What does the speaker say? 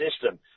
system